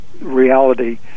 reality